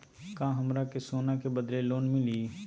का हमरा के सोना के बदले लोन मिलि?